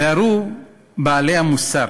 ביארו בעלי המוסר,